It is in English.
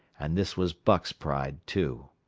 and this was buck's pride, too.